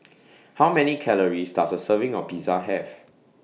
How Many Calories Does A Serving of Pizza Have